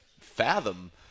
fathom